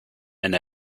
and